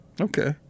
Okay